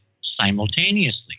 simultaneously